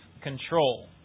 control